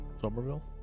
Somerville